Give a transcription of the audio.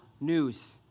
news